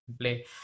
play